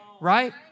Right